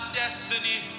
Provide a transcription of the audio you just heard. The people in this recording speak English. destiny